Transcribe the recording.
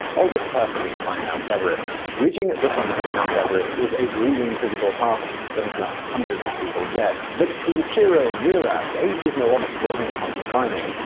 oldest person to climb mount everest reaching the summit of mount everest is a grueling physical task that has left hundreds of people dead, but to yuichiro miura, age is no obstacle when it comes to climbing.